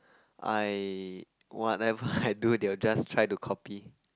I whatever I do they will just try to copy